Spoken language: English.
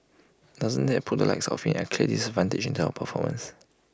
doesn't IT put the likes of him at A clear disadvantage in term of performance